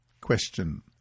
Question